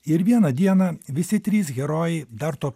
ir vieną dieną visi trys herojai dar to